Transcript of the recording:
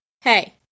hey